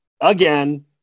Again